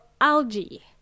algae